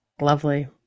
Lovely